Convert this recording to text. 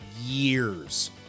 years